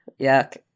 Yuck